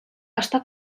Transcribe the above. està